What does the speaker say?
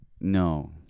no